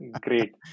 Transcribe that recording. Great